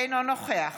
אינו נוכח